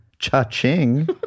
Cha-ching